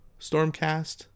Stormcast